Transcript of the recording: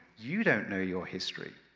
you don't know your history.